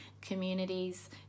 communities